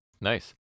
nice